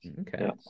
Okay